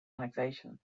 annexation